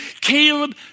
Caleb